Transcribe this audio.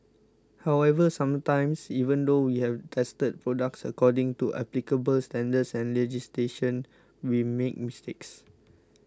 however sometimes even though we have tested products according to applicable standards and legislation we make mistakes